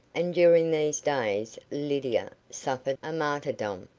and during these days lydia suffered a martyrdom,